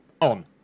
on